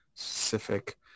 Specific